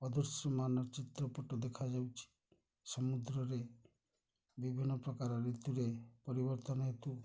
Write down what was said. ଅଦୃଶ୍ୟମାନର ଚିତ୍ରପଟ ଦେଖାଯାଉଛି ସମୁଦ୍ରରେ ବିଭିନ୍ନ ପ୍ରକାର ଋତୁରେ ପରିବର୍ତ୍ତନ ହେତୁ